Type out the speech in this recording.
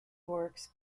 works